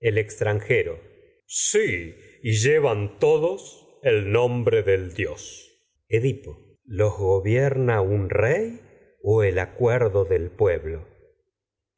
lugares extranjero si y llevan todos el nombre del dios edipo blo el los gobierna un rey o el acuerdo del pue